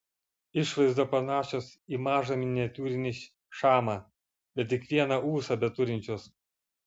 išvaizda panašios į mažą miniatiūrinį šamą bet tik vieną ūsą beturinčios